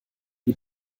die